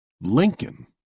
Lincoln